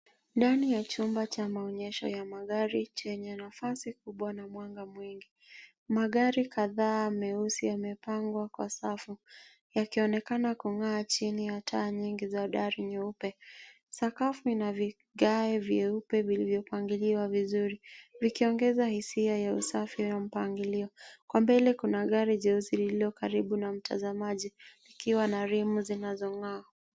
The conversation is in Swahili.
Ndani ya chumba cha maonyesho ya magari chenye nafasi kubwa na mwanga mwingi, magari kadhaa meusi yamepangwa kwa safu kwa mpangilio mzuri. Yanang’aa chini ya taa zinazong’aa kutoka dari. Sakafu safi yenye viti vyeupe vilivyopangwa kwa usawa vinaongeza hisia ya utulivu na mpangilio. Mbele ya chumba, karibu na mtazamaji, kuna gari jeupe lenye rimu zinazong’aa, likivutia macho ya kila anayeingia